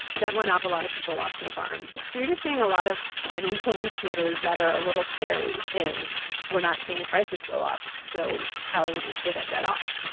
debt went up. a lot of people lost their farms. so you're just seeing a lot of financial indicators that are a little scary, and we're not seeing prices go up. so how are they going to pay that debt off?